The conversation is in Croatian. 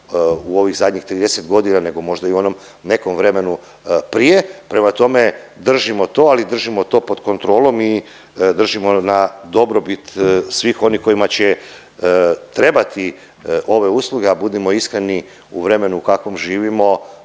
u ovih zadnjih 30 godina nego možda i u onom nekom vremenu prije, prema tome držimo to, ali držimo to pod kontrolom i držimo na dobrobit svih onih kojima će trebati ove usluge, a budimo iskreni u vremenu kakvom živimo